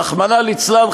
רחמנא ליצלן,